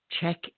check